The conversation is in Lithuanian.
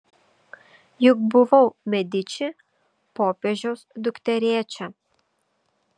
juk buvau mediči popiežiaus dukterėčia